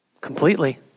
Completely